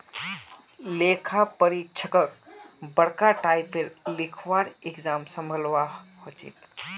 लेखा परीक्षकक बरका टाइपेर लिखवार एग्जाम संभलवा हछेक